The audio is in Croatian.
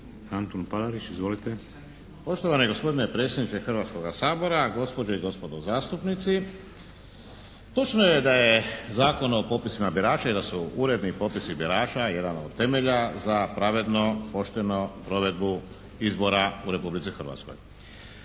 **Palarić, Antun** Poštovani gospodine predsjedniče Hrvatskoga sabora, gospođe i gospodo zastupnici. Točno je da je Zakon o popisima birača i da su uredni popisi birača jedan od temelja za pravedno, poštenu provedbu izbora u Republici Hrvatskoj.